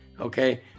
okay